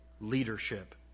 leadership